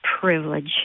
privilege